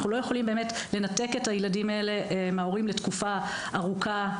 אנחנו לא באמת יכולים לנתק את הילדים האלה מההורים לתקופה ארוכה,